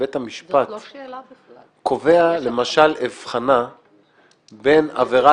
ובית המשפט קובע, למשל, הבחנה בין עבירה